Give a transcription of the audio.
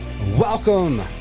welcome